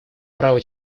право